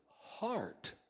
heart